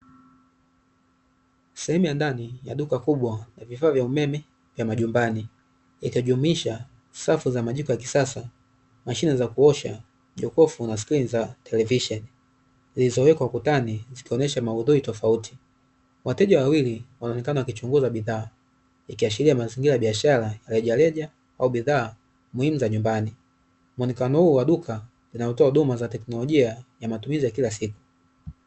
Sehemu ya ndani ya duka kubwa vifaa vya umeme vya majumbani itajumisha safu za majiko ya kisasa, mashine za kuosha, na skrini za televisheni zilizowekwa ukutani zikaonesha maudhui tofauti. Wateja wawili wameonekana wakichunguza bidhaa, ikiashiria mazingira ya biashara rejareja au bidhaa muhimu za nyumbani. Mwonekano huu wa duka inayotoa huduma za teknolojia ya matumizi ya kila siku.